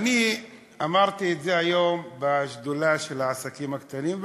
אמרתי את זה היום בשדולה של העסקים קטנים,